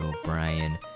O'Brien